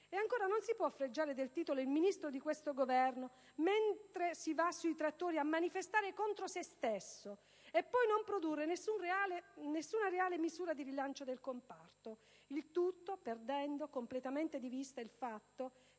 Allora, non si può fregiare del suo titolo il Ministro di questo Governo mentre va sui trattori a manifestare contro se stesso, senza poi produrre nessuna reale misura di rilancio del comparto. Inoltre, tutto ciò avviene perdendo completamente di vista il fatto